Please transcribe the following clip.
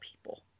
people